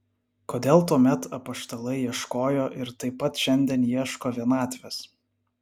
kodėl tuomet apaštalai ieškojo ir taip pat šiandien ieško vienatvės